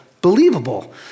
believable